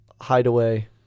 Hideaway